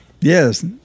yes